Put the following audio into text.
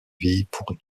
viipuri